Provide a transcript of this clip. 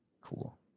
cool